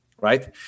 Right